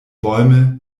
bäume